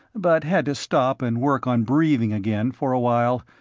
but had to stop and work on breathing again for a while.